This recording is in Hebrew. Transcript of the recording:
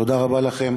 תודה רבה לכם.